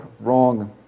wrong